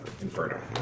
Inferno